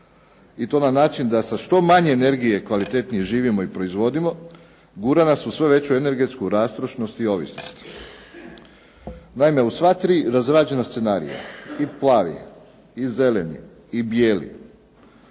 i to na način da sa što manje energije kvalitetnije živimo i proizvodimo, gura nas u sve veću energetsku rastrošnost i ovisnost. Naime, u sva tri razrađena scenarija i plavi i zeleni i bijeli,